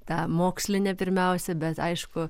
ta moksline pirmiausia bet aišku